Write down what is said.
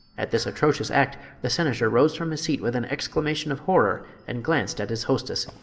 at this atrocious act the senator rose from his seat with an exclamation of horror and glanced at his hostess.